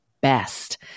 best